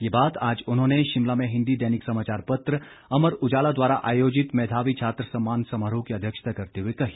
ये बात आज उन्होंने शिमला में हिंदी दैनिक समाचार पत्र अमर उजाला द्वारा आयोजित मेधावी छात्र सम्मान समारोह की अध्यक्षता करते हुए कही